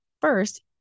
First